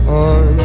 on